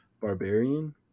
Barbarian